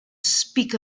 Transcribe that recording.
speak